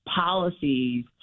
policies